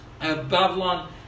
Babylon